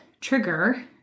trigger